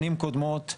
שנים קודמות,